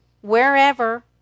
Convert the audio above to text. wherever